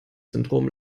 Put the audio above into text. syndrom